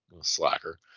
Slacker